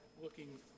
looking